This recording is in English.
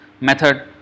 method